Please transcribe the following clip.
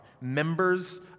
members